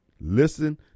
Listen